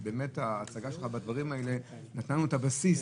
ההצגה שלך בדברים האלה נתנה לנו את הבסיס